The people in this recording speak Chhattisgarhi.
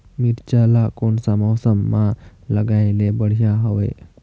मिरचा ला कोन सा मौसम मां लगाय ले बढ़िया हवे